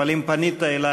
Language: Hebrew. אבל אם פנית אלי,